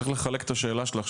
צריך לחלק את השאלה שלך.